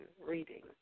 reading